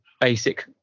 basic